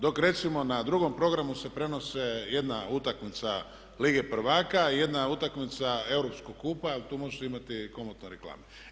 Dok recimo na drugom programu se prenose jedna utakmica lige prvaka i jedna utakmica europskog kupa, jer tu možete imati komotno reklame.